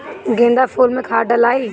गेंदा फुल मे खाद डालाई?